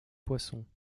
poisson